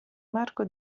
marco